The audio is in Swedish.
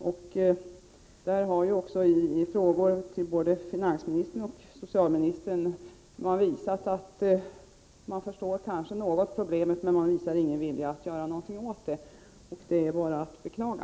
I svar på frågor har både finansministern och socialministern förklarat att de kanske i viss mån förstår problemet, men de visar ingen vilja att göra något åt detta. Det är bara att beklaga!